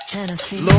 Tennessee